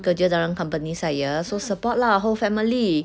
kerja dalam company saya so support lah whole family